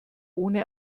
ohne